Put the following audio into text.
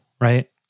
right